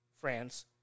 France